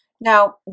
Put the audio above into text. now